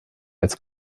als